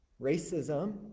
racism